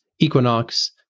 Equinox